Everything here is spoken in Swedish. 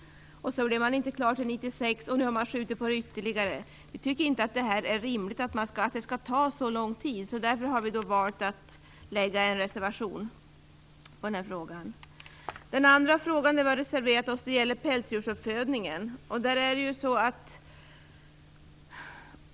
Man blir inte klar till 1996, och nu har man skjutit på det ytterligare. Vi tycker inte att det är rimligt att det skall ta så lång tid. Därför har vi valt att avge en reservation i denna fråga. Den andra fråga där vi reserverat oss gäller pälsdjursuppfödningen.